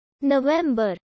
November